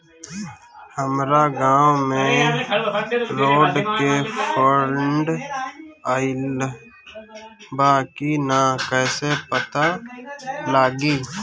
हमरा गांव मे रोड के फन्ड आइल बा कि ना कैसे पता लागि?